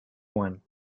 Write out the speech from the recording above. one